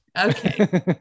Okay